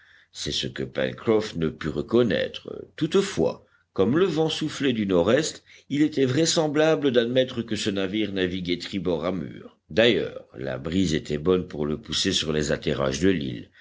c'est ce que pencroff ne put reconnaître toutefois comme le vent soufflait du nord-est il était vraisemblable d'admettre que ce navire naviguait tribord amures d'ailleurs la brise était bonne pour le pousser sur les atterrages de l'île